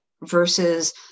versus